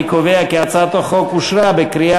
אני קובע כי הצעת החוק אושרה בקריאה